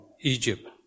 Egypt